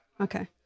okay